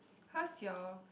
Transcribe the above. how's your